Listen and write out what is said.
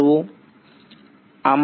વિદ્યાર્થી આમાંથી